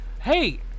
Hey